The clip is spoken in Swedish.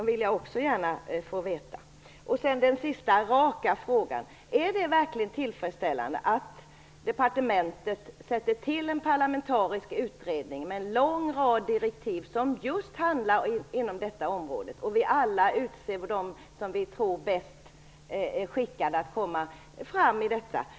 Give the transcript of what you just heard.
Det vill jag också gärna veta. Den sista raka frågan: Departementet sätter till en parlamentarisk utredning med en lång rad direktiv inom just detta område, och vi alla utser dem vi tror är bäst skickade att komma fram med ett bra förslag.